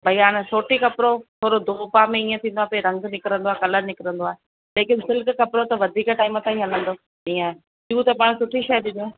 भई हाणे सोटी कपिड़ो थोरो धो पा में इअं थी वेंदो आहे भई रंग निकिरंदो आहे कलर निकिरंदो ई लेकिन सिल्क कपिड़ो त वधीक टाइम ताईं हलंदो इअं आहे ॾियूं त पाणि सुठी शइ ॾियूं